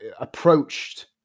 approached